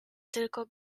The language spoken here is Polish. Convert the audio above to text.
tylko